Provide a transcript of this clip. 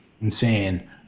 insane